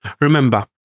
Remember